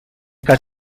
cas